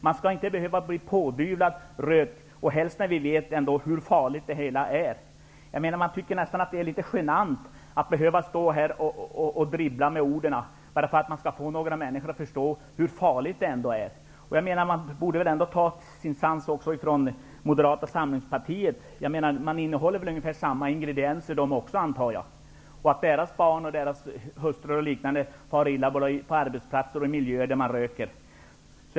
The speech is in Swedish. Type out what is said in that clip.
Man skall inte behöva bli pådyvlad rök, särskilt med tanke på att vi vet hur farligt det är. Det är nästan litet genant att behöva stå här och dribbla med orden bara för att få några människor att förstå hur farligt det ändå är med tobaksrök. Man borde väl ändå ta sitt förnuft till fånga även inom Moderata samlingspartiet -- jag antar att moderater innehåller ungefär samma ingredienser som vi andra. Även deras barn och hustrur far väl illa på arbetsplatser och i andra miljöer där människor röker.